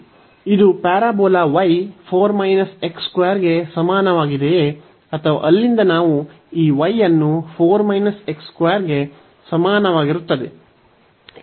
ಇದು parabola y 4 ಗೆ ಸಮಾನವಾಗಿದೆಯೇ ಅಥವಾ ಅಲ್ಲಿಂದ ನಾವು ಈ y ಅನ್ನು 4 ಗೆ ಸಮಾನವಾಗಿರುತ್ತದೆ